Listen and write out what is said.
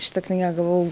šitą knygą gavau